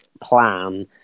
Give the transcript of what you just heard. plan